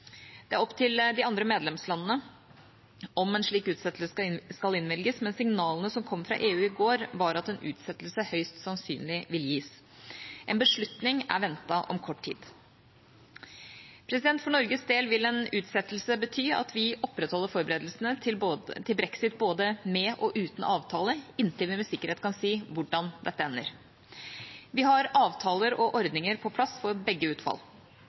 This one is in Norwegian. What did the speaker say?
Det er opp til de andre medlemslandene om en slik utsettelse skal innvilges, men signalene som kom fra EU i går, var at en utsettelse høyst sannsynlig vil gis. En beslutning er ventet om kort tid. For Norges del vil en utsettelse bety at vi opprettholder forberedelsene til brexit både med og uten avtale inntil vi med sikkerhet kan si hvordan dette ender. Vi har avtaler og ordninger på plass for begge utfall.